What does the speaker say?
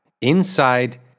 inside